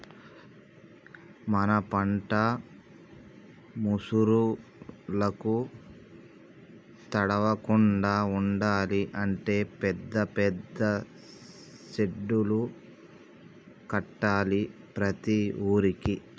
మన పంట ముసురులకు తడవకుండా ఉండాలి అంటే పెద్ద పెద్ద సెడ్డులు కట్టాలి ప్రతి ఊరుకి